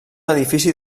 edifici